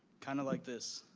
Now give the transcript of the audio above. kind of like this.